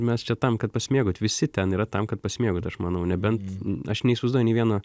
mes čia tam kad pasimėgaut visi ten yra tam kad pasimėgauti aš manau nebent aš neįsivaizduoju nei vieno